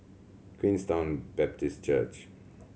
Queenstown Baptist Church